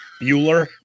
Bueller